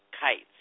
kites